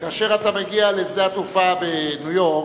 כאשר אתה מגיע לשדה התעופה בניו-יורק